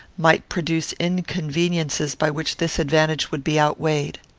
might produce inconveniences by which this advantage would be outweighed.